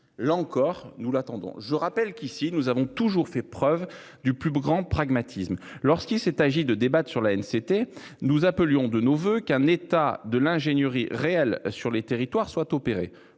là encore, nous l'attendons, je rappelle qu'ici, nous avons toujours fait preuve du plus grand pragmatisme lorsqu'il s'est agi de débattent sur la haine c'était nous appelions de nos voeux qu'un état de l'ingénierie réelle sur les territoires soit opéré